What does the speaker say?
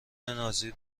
نازی